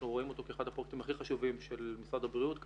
אנחנו רואים אותו כאחד הפרויקטים הכי חשובים של משרד הבריאות כיום.